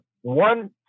one